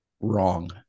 wrong